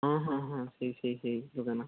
ହଁ ହଁ ହଁ ସେଇ ସେଇ ସେଇ ଦୋକାନ